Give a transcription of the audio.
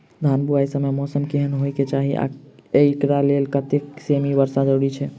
धान बुआई समय मौसम केहन होइ केँ चाहि आ एकरा लेल कतेक सँ मी वर्षा जरूरी छै?